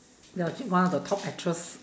they're actually one of the top actress